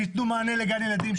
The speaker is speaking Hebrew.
שייתנו מענה לגן ילדים.